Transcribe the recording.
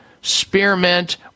spearmint